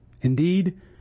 Indeed